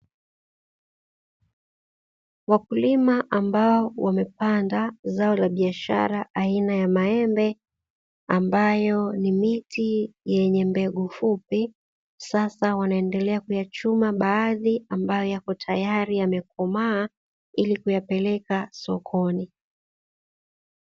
Wakulima ambao wamepanda zao la biashara aina ya maembe ambayo ni miti yenye mbegu fupi, sasa wanaendelea kuyachuma baadhi ambayo yako tayari yamekomaa ili kuyapeleka sokoni.